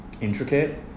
intricate